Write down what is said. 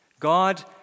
God